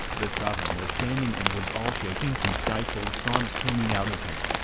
the sovereign was standing and was all shaking from stifled sobs coming out of him.